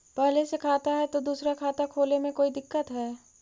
पहले से खाता है तो दूसरा खाता खोले में कोई दिक्कत है?